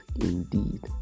indeed